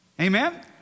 Amen